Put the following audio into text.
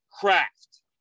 craft